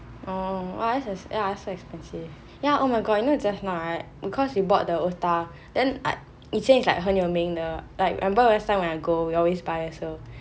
oh !wah! that's expensive ya so expensive ya oh my god you know just now right because you bought the otah then like 以前 is like 很有名的 like remember last time when I go we always buy also